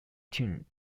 tune